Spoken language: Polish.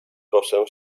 proszę